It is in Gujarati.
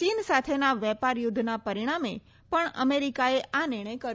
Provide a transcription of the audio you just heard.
ચીન સાથેના વેપાર યુદ્ધના પરિણામે પણ અમેરિકાએ આ નિર્ણય કર્યો છે